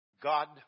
God